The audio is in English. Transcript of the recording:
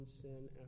sin